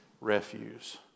refuse